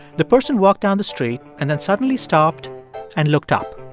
the person walked down the street and then suddenly stopped and looked up.